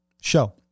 show